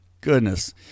goodness